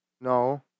No